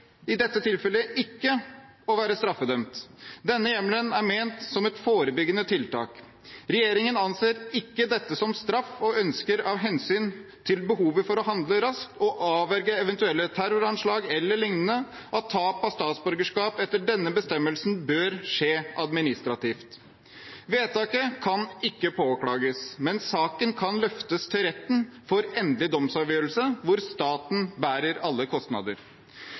i dette tilfellet ikke å være straffedømt. Denne hjemmelen er ment som et forebyggende tiltak. Regjeringen anser ikke dette som straff og ønsker av hensyn til behovet for å handle raskt og avverge eventuelle terroranslag e.l. at tap av statsborgerskap etter denne bestemmelsen bør skje administrativt. Vedtaket kan ikke påklages, men saken kan løftes til retten for endelig domsavgjørelse, hvor staten bærer alle kostnader.